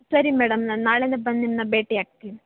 ಸರಿ ಮೇಡಮ್ ನಾನು ನಾಳೆನೇ ಬಂದು ನಿಮ್ಮನ್ನ ಭೇಟಿ ಆಗ್ತೀನಿ